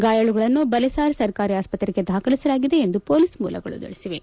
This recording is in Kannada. ಗಾಯಾಳುಗಳನ್ನು ಬಲೇಸಾರ್ ಸರ್ಕಾರಿ ಆಸ್ಪತ್ರೆಗೆ ದಾಖಲಿಸಲಾಗಿದೆ ಎಂದು ಪೊಲೀಸ್ ಮೂಲಗಳು ತಿಳಿಸಿವೆ